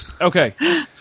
okay